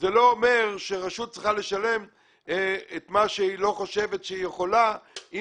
זה לא אומר שרשות צריכה לשלם את מה שהיא לא חושבת שהיא יכולה אם